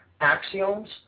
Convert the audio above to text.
axioms